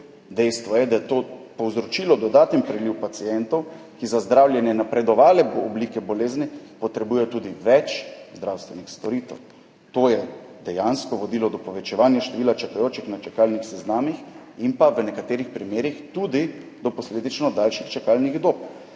Dejstvo je, da je to povzročilo dodaten priliv pacientov, ki za zdravljenje napredovale oblike bolezni potrebujejo tudi več zdravstvenih storitev. To je dejansko vodilo do povečevanja števila čakajočih na čakalnih seznamih in v nekaterih primerih tudi do posledično daljših čakalnih dob.